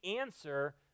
answer